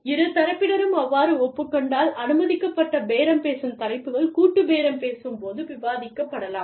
இரு தரப்பினரும் அவ்வாறு ஒப்புக் கொண்டால் அனுமதிக்கப்பட்ட பேரம் பேசும் தலைப்புகள் கூட்டுப் பேரம் பேசும்போது விவாதிக்கப்படலாம்